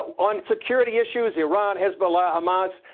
on security issues, iran, hezbollah, hamas,